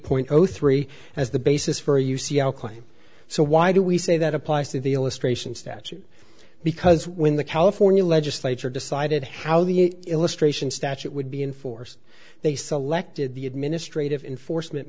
point zero three as the basis for a u c l claim so why do we say that applies to the illustration statute because when the california legislature decided how the illustration statute would be enforced they selected the administrative enforcement